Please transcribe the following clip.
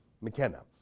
McKenna